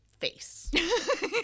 face